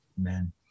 amen